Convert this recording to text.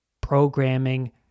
Programming